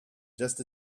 just